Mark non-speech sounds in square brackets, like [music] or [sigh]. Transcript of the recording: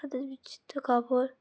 তাদের [unintelligible] কাপড়